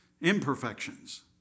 imperfections